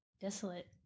desolate